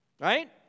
right